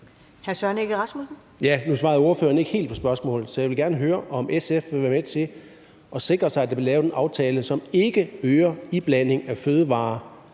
Nu svarede ordføreren ikke helt på spørgsmålet. Jeg vil gerne høre, om SF vil være med til at sikre, at der bliver lavet en aftale, som ikke øger iblandingen af fødevarer